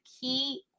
key